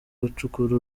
gucukura